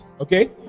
Okay